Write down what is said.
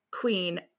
queen